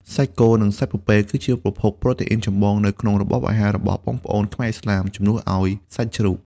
សាច់គោ និងសាច់ពពែ គឺជាប្រភពប្រូតេអ៊ីនចម្បងនៅក្នុងរបបអាហាររបស់បងប្អូនខ្មែរឥស្លាម ជំនួសឱ្យសាច់ជ្រូក។